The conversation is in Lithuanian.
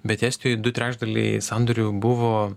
bet estijoj du trečdaliai sandorių buvo